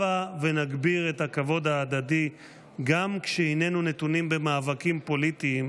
הבה ונגביר את הכבוד ההדדי גם כשהיננו נתונים במאבקים פוליטיים,